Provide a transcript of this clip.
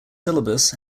syllabus